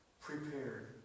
prepared